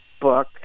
book